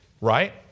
right